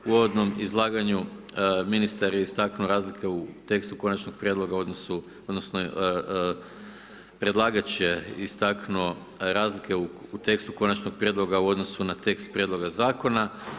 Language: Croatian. U uvodnom izlaganju, ministar je istaknuo razlike u tekstu Konačnog prijedloga u odnosu, odnosno predlagač je istaknuo razlike u tekstu Konačnog prijedloga u odnosu na tekst Prijedloga Zakona.